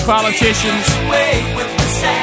politicians